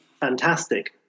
fantastic